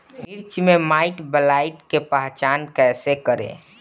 मिर्च मे माईटब्लाइट के पहचान कैसे करे?